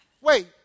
Wait